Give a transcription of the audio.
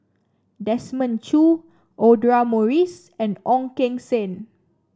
Desmond Choo Audra Morrice and Ong Keng Sen